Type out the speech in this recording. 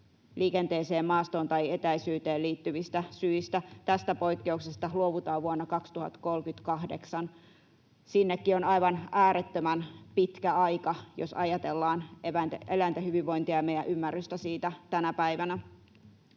liikenteeseen, maastoon tai etäisyyteen liittyvistä syistä. Tästä poikkeuksesta luovutaan vuonna 2038. Sinnekin on aivan äärettömän pitkä aika, jos ajatellaan eläinten hyvinvointia ja meidän ymmärrystä siitä tänä päivänä.